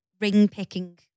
ring-picking